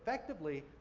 effectively,